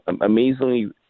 amazingly